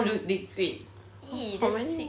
!ee! that's sick